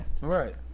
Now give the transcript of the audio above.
right